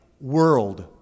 world